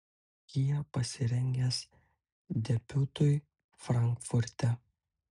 kia pasirengęs debiutui frankfurte